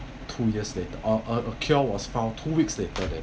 two years later a a cure was found two weeks later then